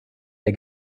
der